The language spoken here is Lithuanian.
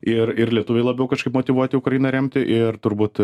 ir ir lietuviai labiau kažkaip motyvuoti ukrainą remti ir turbūt